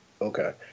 okay